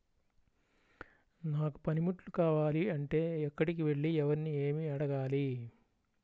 నాకు పనిముట్లు కావాలి అంటే ఎక్కడికి వెళ్లి ఎవరిని ఏమి అడగాలి?